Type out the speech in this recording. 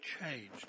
changed